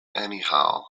anyhow